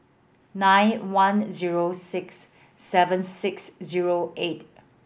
nine one zero six seven six zero eight